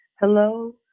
Hello